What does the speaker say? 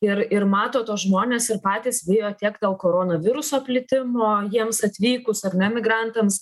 ir ir mato tuos žmones ir patys bijo tiek dėl korona viruso plitimo jiems atvykus ar ne migrantams